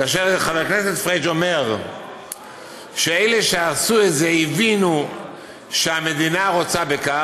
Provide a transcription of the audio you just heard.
כאשר חבר הכנסת פריג' אומר שאלה שעשו את זה הבינו שהמדינה רוצה בכך,